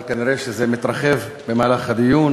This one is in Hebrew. אבל כנראה זה מתרחב במהלך הדיון